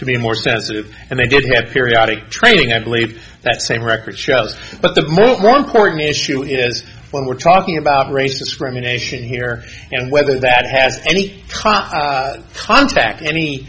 to be more sensitive and they did have periodic training i believe that same record shows but the more important issue is when we're talking about race discrimination here and whether that has any contact any